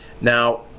Now